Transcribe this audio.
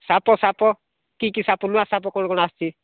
ସାପ ସାପ କି କି ସାପ ନୂଆ ସାପ କ'ଣ କ'ଣ ଆସିଛି